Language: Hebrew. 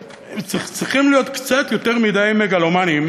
שצריכים להיות קצת יותר מדי מגלומנים